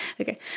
Okay